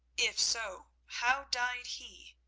if so, how died he?